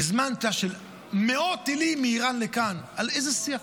בזמן של מאות טילים מאיראן לכאן, על איזה שיח?